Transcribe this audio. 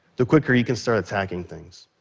the quicker you can start attacking things.